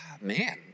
Man